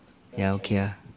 ya okay lah